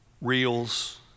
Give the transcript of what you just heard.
Reels